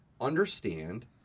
understand